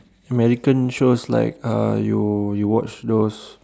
Americans shows like uh you you watch those